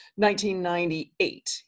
1998